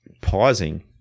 pausing